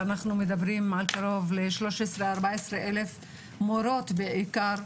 אנחנו מדברים על קרוב ל-13,14 אלף מורות בעיקר,